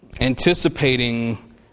anticipating